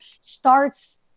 starts